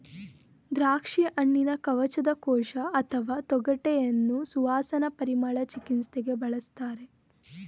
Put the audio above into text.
ದ್ರಾಕ್ಷಿಹಣ್ಣಿನ ಕವಚದ ಕೋಶ ಅಥವಾ ತೊಗಟೆಯನ್ನು ಸುವಾಸನಾ ಪರಿಮಳ ಚಿಕಿತ್ಸೆಗೆ ಬಳಸ್ತಾರೆ